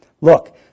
Look